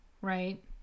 right